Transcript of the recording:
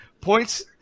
points